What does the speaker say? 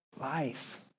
life